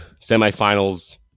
semifinals